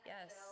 Yes